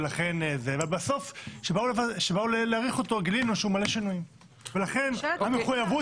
אבל בסוף כשבאנו להאריך אותו גילינו שהוא מלא שינויים ולכן המחויבות